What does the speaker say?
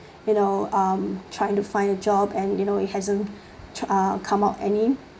you know I'm trying to find a job and you know it hasn't uh come out any